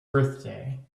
birthday